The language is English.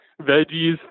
veggies